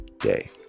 day